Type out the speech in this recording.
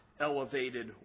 elevated